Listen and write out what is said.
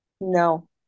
no